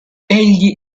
egli